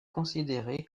considéré